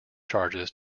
charges